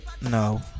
no